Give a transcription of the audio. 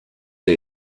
day